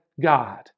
God